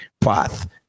path